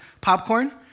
popcorn